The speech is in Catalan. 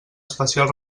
especial